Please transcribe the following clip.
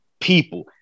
people